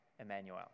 Emmanuel